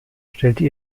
stellte